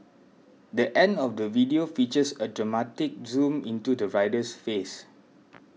the end of the video features a dramatic zoom into the rider's face